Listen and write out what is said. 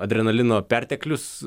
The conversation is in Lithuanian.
adrenalino perteklius